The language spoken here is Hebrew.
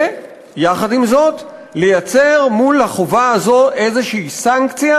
ויחד עם זאת לייצר מול החובה הזאת איזו סנקציה,